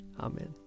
Amen